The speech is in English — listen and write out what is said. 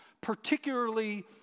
particularly